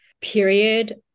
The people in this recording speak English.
period